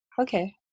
Okay